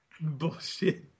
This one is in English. Bullshit